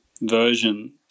version